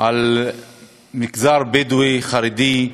על המגזר הבדואי, והחרדי,